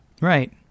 Right